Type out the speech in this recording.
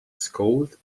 scowled